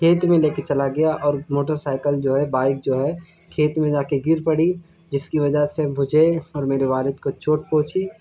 کھیت میں لے کے چلا گیا اور موٹرسائیکل جو ہے بائک جو ہے کھیت میں جا کے گر پڑی جس کی وجہ سے مجھے اور میرے والد کو چوٹ پہنچی